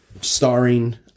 starring